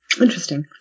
Interesting